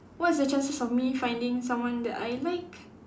what's the chances of finding someone that I like